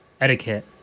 etiquette